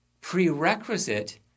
prerequisite